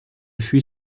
fut